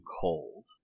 cold